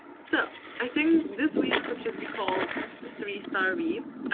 so, i think this week could just be called three star reads